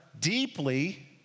deeply